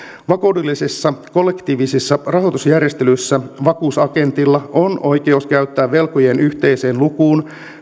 vakuudellisissa kollektiivisissa rahoitusjärjestelyissä vakuusagentilla on oikeus käyttää velkojien yhteiseen lukuun